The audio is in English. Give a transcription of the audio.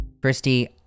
Christy